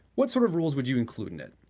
what sort of rules would you include in it?